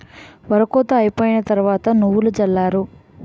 ఒరి కోత అయిపోయిన తరవాత నువ్వులు జల్లారు